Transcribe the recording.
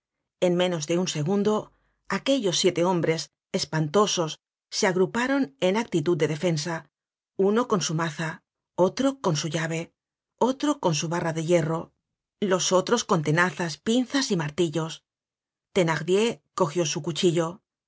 en menos de un segundo aquellos siete hombres espantosos se agruparon en actitud de defensa uno con su maza otro con su llave otro con su barra de hierro los otros con tenazas pinzas y martillos thenardier cogió su cuchillo